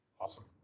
Awesome